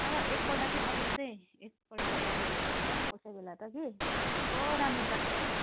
तर एक पल्ट चाहिँ आउनु होस् है एक पल्ट अब भ्याउनु हुन्छ होला नि कोही कोही बेला त कि कस्तो राम्रो लाग्छ